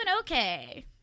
Okay